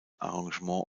arrangement